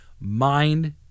mind